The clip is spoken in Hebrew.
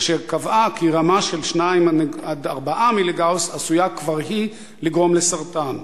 אשר קבעה כי רמה של 2 4 מיליגאוס עשויה כבר לגרום לסרטן.